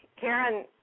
Karen